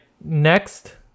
next